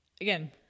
again